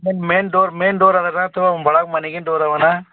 May main main door ಆ ಥರದ ಅಥ್ವ ಒಳಗೆ ಮನಿಗಿಂದ ಡೋರ್ ಅವನಾ